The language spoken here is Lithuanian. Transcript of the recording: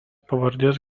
pavardės